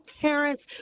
parents